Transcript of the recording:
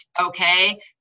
okay